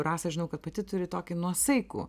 rasa žinau kad pati turi tokį nuosaikų